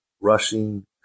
rushing